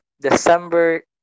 December